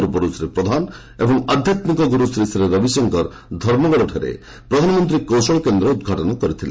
ପୂର୍ବରୁ ଶ୍ରୀ ପ୍ରଧାନ ଓ ଆଧ୍ୟାତ୍ମିକ ଗୁରୁ ଶ୍ରୀଶ୍ରୀ ରବିଶଙ୍କର ଧର୍ମଗଡ଼ଠାରେ ପ୍ରଧାନମନ୍ତ୍ରୀ କୌଶଳ କେନ୍ଦ୍ର ଉଦ୍ଘାଟନ କରିଥିଲେ